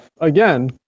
again